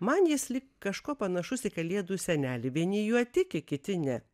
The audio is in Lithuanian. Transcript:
man jis lyg kažkuo panašus į kalėdų senelį vieni juo tiki kiti ne